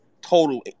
total